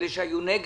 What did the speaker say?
אלה שהיו נגד,